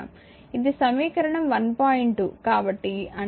2 కాబట్టి అంటే సమీకరణం 1